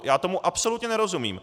Já tomu absolutně nerozumím.